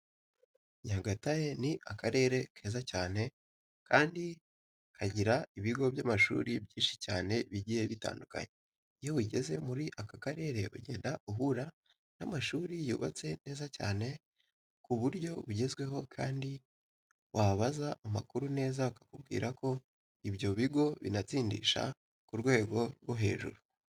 Nyagatare ni akarere keza cyane kandi kagira ibigo by'amashuri byinshi cyane bigiye bitandukanye. Iyo ugeze muri aka karere ugenda uhura n'amashuri yubatse neza cyane ku buryo bugezweho kandi wabaza amakuru neza bakakubwira ko ibyo bigo binatsindisha ku rwego rwo hejuru.